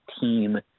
team